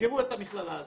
יסגרו את המכללה הזו,